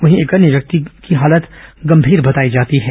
वहीं एक अन्य व्यक्ति की हालत गंभीर बताई जाती है